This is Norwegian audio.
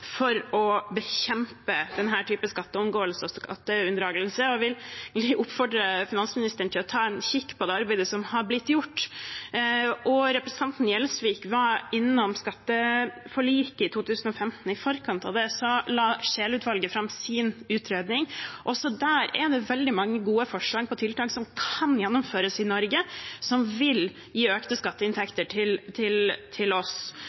for å bekjempe denne typen skatteomgåelse og skatteunndragelse, og jeg vil oppfordre finansministeren til å ta en kikk på det arbeidet som er gjort. Representanten Gjelsvik var innom skatteforliket i 2015. I forkant av det la Scheel-utvalget fram sin utredning, og også der er det veldig mange gode forslag til tiltak som kan gjennomføres i Norge som vil gi økte skatteinntekter til oss.